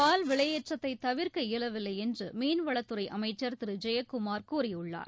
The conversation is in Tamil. பால் விலையேற்றத்தை தவிர்க்க இயலவில்லை என்று மீன்வளத்துறை அமைச்சர் திரு ஜெயக்குமார் கூறியுள்ளார்